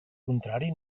contrari